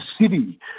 city